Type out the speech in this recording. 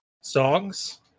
songs